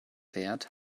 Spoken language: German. fährt